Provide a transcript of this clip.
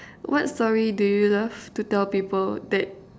what story do you love to tell people that